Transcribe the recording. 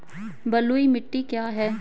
बलुई मिट्टी क्या है?